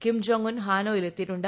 Kim Jong Un ഹാനോയിൽ എത്തിയിട്ടുണ്ട്